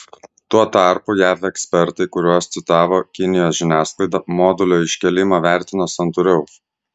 tuo tarpu jav ekspertai kuriuos citavo kinijos žiniasklaida modulio iškėlimą vertino santūriau